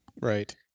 Right